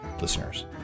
listeners